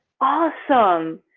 awesome